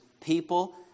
people